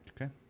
Okay